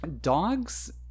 dogs